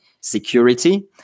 security